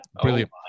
Brilliant